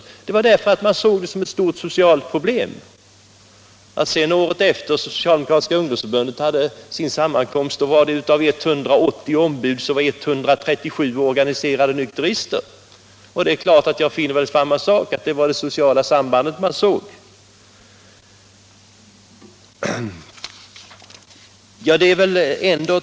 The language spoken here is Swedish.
Detta krav berodde i stället på att man såg alkoholen som ett stort socialt problem. När det socialdemokratiska ungdomsförbundet året därpå höll sin kongress var 137 av de 180 ombuden organiserade nykterister. Även det var naturligtvis ett uttryck för det sociala sambandet.